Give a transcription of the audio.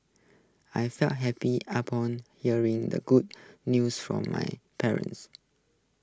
I felt happy upon hearing the good news from my parents